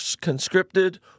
conscripted